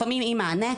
לפעמים עם מענה.